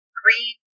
green